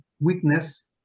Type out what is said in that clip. weakness